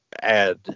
add